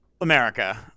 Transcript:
America